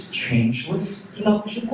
changeless